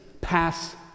pass